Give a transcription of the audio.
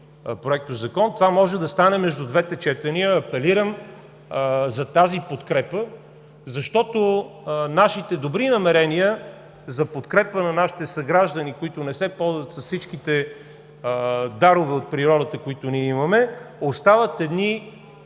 Проектозакон, това може да стане между двете четения. Апелирам за тази подкрепа, защото нашите добри намерения за подкрепа на нашите съграждани, които не се ползват с всичките дарове от природата, които ние имаме, остават едни